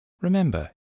remember